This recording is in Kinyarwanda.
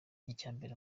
icyambere